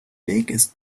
biggest